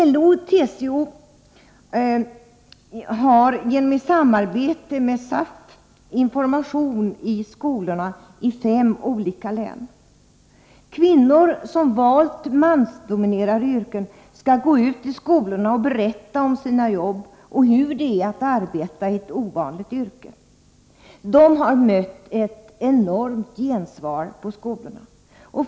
LO och TCO ger i samarbete med SAF information i skolorna i fem olika län. Kvinnor som valt mansdominerade yrken skall gå ut i skolorna och berätta om sina jobb och hur det är att arbeta i ett ovanligt yrke. De har mött ett enormt gensvar på skolorna.